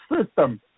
system